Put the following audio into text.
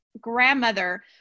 grandmother